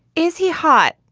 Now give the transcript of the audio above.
is he hot?